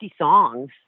songs